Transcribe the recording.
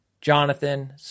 Jonathan